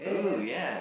!oo! yeah